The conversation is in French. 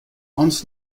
hans